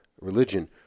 religion